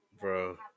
Bro